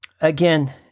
again